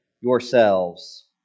yourselves